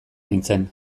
nintzen